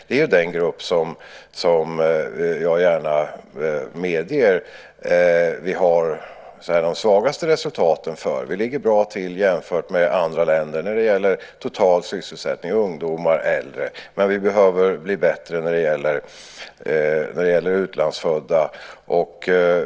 Det är den grupp som vi har de svagaste resultaten för; det medger jag gärna. Sverige ligger bra till jämfört med andra länder när det gäller total sysselsättning, för ungdomar och för äldre, men vi behöver bli bättre när det gäller utlandsfödda.